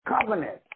covenant